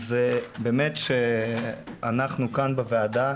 באמת שאנחנו כאן בוועדה,